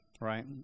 right